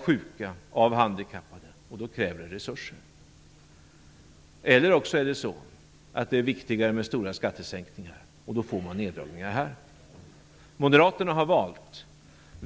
sjuka och handikappade, och då krävs det resurser. Eller också är det viktigare med stora skattesänkningar, och då får man neddragningar här. Moderaterna har valt.